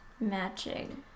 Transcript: matching